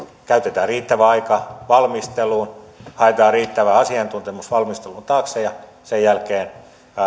käytetään riittävä aika valmisteluun haetaan riittävä asiantuntemus valmistelun taakse ja sen jälkeen